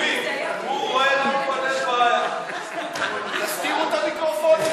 חיליק, הוא רואה, תסתירו את המיקרופונים,